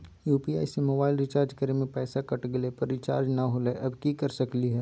UPI से mobile recharge करे में पैसा कट गेलई, पर रिचार्ज नई होलई, अब की कर सकली हई?